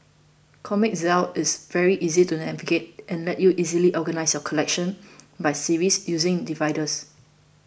Comic Zeal is very easy to navigate and lets you easily organise your collection by series using dividers